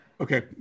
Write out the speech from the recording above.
okay